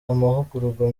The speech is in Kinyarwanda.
amahugurwa